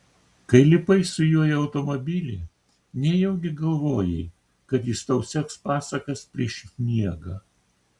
kai lipai su juo į automobilį nejaugi galvojai kad jis tau seks pasakas prieš miegą